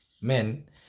men